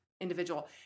individual